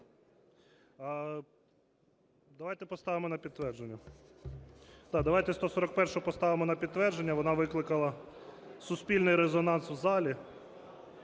Давайте поставимо на підтвердження. Да, давайте 141-у поставимо на підтвердження, вони викликала суспільний резонанс у залі.